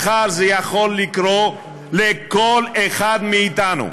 מחר זה יכול לקרות לכל אחד מאתנו.